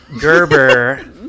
Gerber